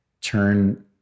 turn